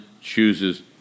chooses